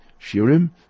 shirim